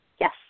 Yes